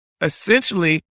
essentially